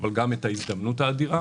אבל גם את ההזדמנות האדירה